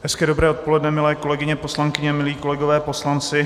Hezké dobré odpoledne, milé kolegyně poslankyně, milí kolegové poslanci.